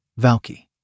Valky